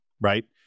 Right